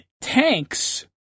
tanks